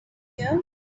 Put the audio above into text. here